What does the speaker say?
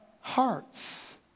hearts